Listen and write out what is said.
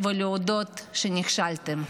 ולהודות שנכשלתם.